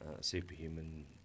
superhuman